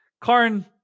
Karn